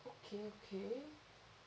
okay okay